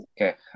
Okay